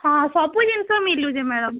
ହଁ ସବୁ ଜିନିଷ ମିଳୁଛି ମ୍ୟାଡ଼ାମ୍